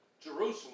Jerusalem